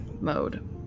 mode